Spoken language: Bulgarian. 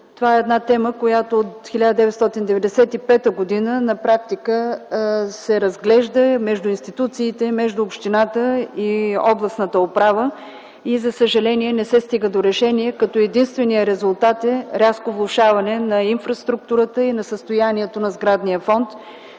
Това е една тема, която от 1995 г. на практика се разглежда между институциите, общината и областната управа и за съжаление не се стига до решение. Единственият резултат е рязко влошаване на инфраструктурата и на състоянието на сградния фонд,